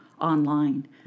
online